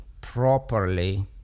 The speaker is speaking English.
properly